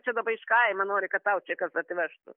čia dabar iš kaimo nori kad tau čia kas atvežtų